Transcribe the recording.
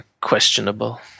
questionable